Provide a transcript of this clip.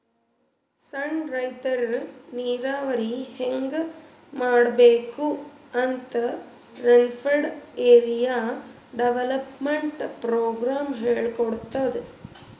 ಸಣ್ಣ್ ರೈತರ್ ನೀರಾವರಿ ಹೆಂಗ್ ಮಾಡ್ಬೇಕ್ ಅಂತ್ ರೇನ್ಫೆಡ್ ಏರಿಯಾ ಡೆವಲಪ್ಮೆಂಟ್ ಪ್ರೋಗ್ರಾಮ್ ಹೇಳ್ಕೊಡ್ತಾದ್